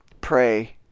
pray